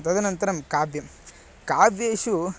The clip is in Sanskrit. तदनन्तरं काव्यं काव्येषु